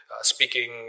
speaking